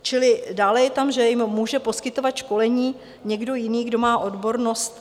Čili dále je tam, že jim může poskytovat školení někdo jiný, kdo má odbornost.